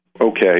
okay